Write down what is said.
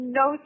no